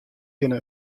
kinne